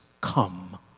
come